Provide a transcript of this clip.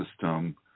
system